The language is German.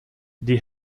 die